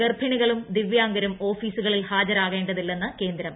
ഗർഭിണികളും ദിവ്യാംഗരൂർ ഓഫീസുകളിൽ ഹാജരാകേണ്ടതില്ലെന്ന് ക്യേന്ദ്രം